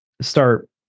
start